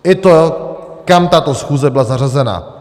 I to, kam tato schůze byla zařazena.